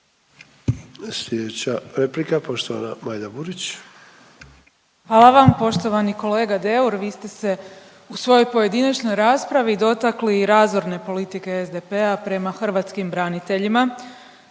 Sljedeća replika poštovana Majda Burić. **Burić, Majda (HDZ)** Hvala vam. Poštovani kolega Deur vi ste se u svojoj pojedinačnoj raspravi dotakli i razorne politike SDP-a prema hrvatskim braniteljima